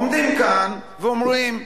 עומדים כאן ואומרים,